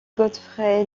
godfrey